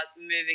moving